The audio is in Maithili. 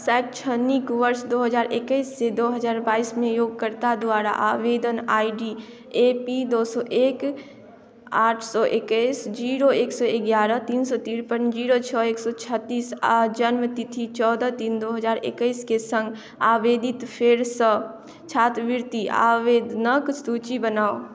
शैक्षणिक वर्ष दो हजार एकैससँ दो हजार बाइसमे उपयोगकर्ता द्वारा आवेदन आइ डी ए पी दो सओ एक आठ सओ एकैस जीरो एक सओ एगारह तीन सओ तिरपन जीरो छओ एक सओ छत्तीस आओर जन्मतिथि चौदह तीन दो हजार एकैसके सङ्ग आवेदित फेरसँ छात्रवृत्ति आवेदनक सूचि बनाउ